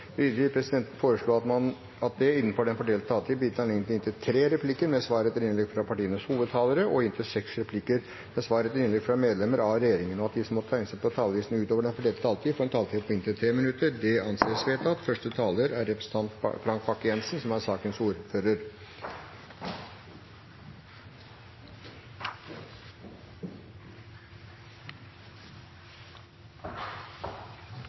inntil tre replikker med svar etter innlegg fra partienes hovedtalere og inntil seks replikker med svar etter innlegg fra medlemmer av regjeringen innenfor den fordelte taletid, og at de som måtte tegne seg på talerlisten utover den fordelte taletid, får en taletid på inntil 3 minutter. – Det anses vedtatt.